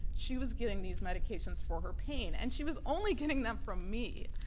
she was getting these medications for her pain, and she was only getting them from me.